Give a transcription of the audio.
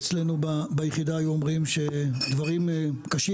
אצלנו ביחידה היו אומרים שדברים קשים